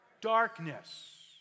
Darkness